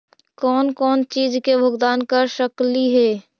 कौन कौन चिज के भुगतान कर सकली हे?